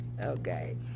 Okay